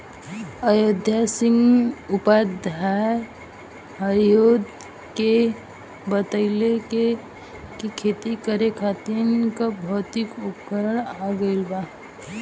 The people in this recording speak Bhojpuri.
अयोध्या सिंह उपाध्याय हरिऔध के बतइले कि खेती करे खातिर अब भौतिक उपकरण आ गइल बा